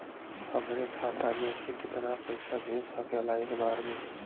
हमरे खाता में से कितना पईसा भेज सकेला एक बार में?